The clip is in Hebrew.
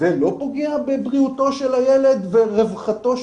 זה לא פוגע בבריאותו של הילד וברווחתו?